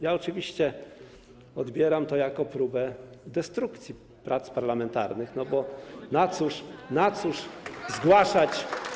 Ja oczywiście odbieram to jako próbę destrukcji prac parlamentarnych, no bo po cóż zgłaszać.